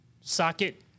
socket